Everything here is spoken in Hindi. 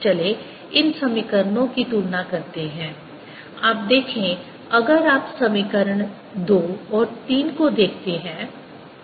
चलें इन समीकरणों की तुलना करते हैं आप देखें अगर आप समीकरण दो और तीन को देखते हैं